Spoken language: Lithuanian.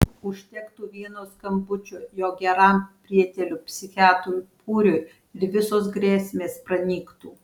užtektų vieno skambučio jo geram prieteliui psichiatrui pūrui ir visos grėsmės pranyktų